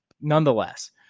Nonetheless